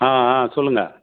ஆ ஆ சொல்லுங்கள்